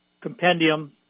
compendium